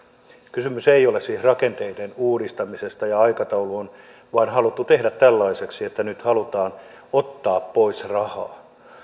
kysymys ei ole siis rakenteiden uudistamisesta ja aikataulu on vain haluttu tehdä tällaiseksi että nyt halutaan ottaa pois rahaa